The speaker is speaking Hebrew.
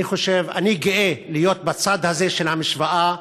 אני גאה להיות בצד הזה של המשוואה,